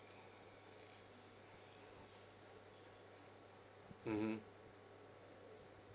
mmhmm